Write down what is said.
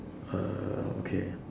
uh okay